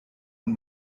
und